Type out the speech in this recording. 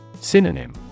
Synonym